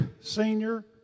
senior